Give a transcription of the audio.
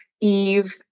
Eve